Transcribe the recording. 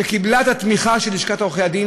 שקיבלה את התמיכה של לשכת עורכי הדין,